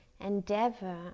endeavor